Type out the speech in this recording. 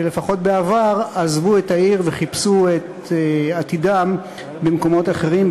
שלפחות בעבר עזבו את העיר וחיפשו את עתידם במקומות אחרים,